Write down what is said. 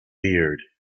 beard